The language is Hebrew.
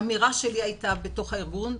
האמירה שלי הייתה בתוך הארגון,